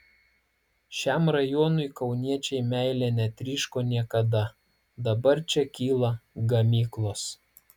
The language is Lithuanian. šiam rajonui kauniečiai meile netryško niekada dabar čia kyla gamyklos